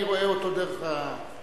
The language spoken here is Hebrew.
אני רואה אותו דרך הדלת,